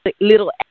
little